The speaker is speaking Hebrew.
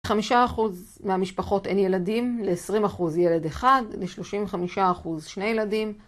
חמישה אחוז מהמשפחות אין ילדים, ל-20 אחוז ילד אחד, ל-35 אחוז שני ילדים.